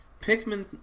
Pikmin